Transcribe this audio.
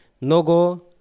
Nogo